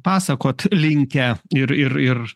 pasakot linkę ir ir ir